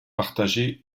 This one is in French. partagée